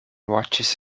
watches